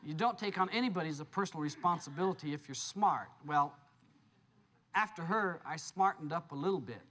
you don't take on anybody's a personal responsibility if you're smart well after her i smartened up a little bit